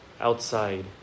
outside